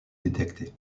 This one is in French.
détecter